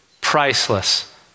priceless